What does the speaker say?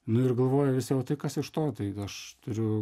nu ir galvoja visi o tai kas iš to tai aš turiu